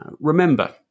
Remember